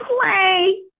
play